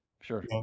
sure